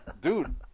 Dude